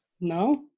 No